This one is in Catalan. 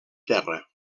terra